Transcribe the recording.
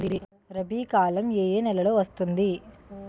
రబీ కాలం ఏ ఏ నెలలో వస్తుంది?